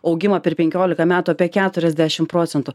augimą per penkiolika metų apie keturiasdešimt procentų